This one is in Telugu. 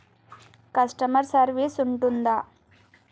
కస్టమర్ సర్వీస్ ఉంటుందా?